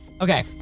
Okay